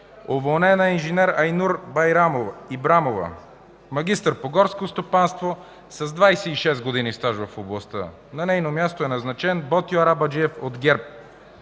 Уволнена е инж. Айнур Ибрямова – магистър по горско стопанство”, с 26 години стаж в областта. На нейно място е назначен Ботьо Арабаджиев от ГЕРБ.